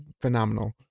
phenomenal